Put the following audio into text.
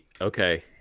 Okay